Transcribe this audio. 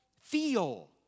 feel